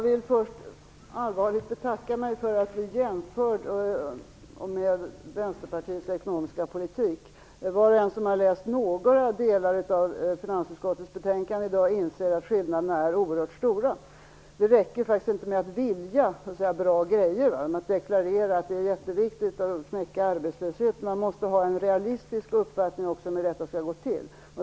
Fru talman! Jag betackar mig för att bli jämförd med Vänsterpartiet när det gäller den ekonomiska politiken! Var och en som har läst några delar av dagens betänkande från finansutskottet inser att skillnaderna är oerhört stora. Det räcker faktiskt inte med att vilja bra grejer. Det räcker inte att deklarera att det är jätteviktigt att knäcka arbetslösheten - man måste också ha en realistisk uppfattning om hur detta skall gå till.